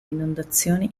inondazioni